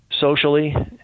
socially